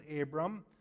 Abram